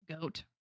Goat